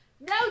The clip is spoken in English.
No